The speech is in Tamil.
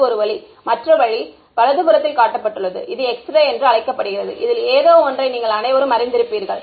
அது ஒரு வழி மற்ற வழி வலதுபுறத்தில் காட்டப்பட்டுள்ளது இது எக்ஸ்ரே என்று அழைக்கப்படுகிறது இதில் ஏதோ ஒன்றை நீங்கள் அனைவரும் அறிந்திருப்பீர்கள்